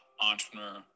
entrepreneur